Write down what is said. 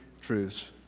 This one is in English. truths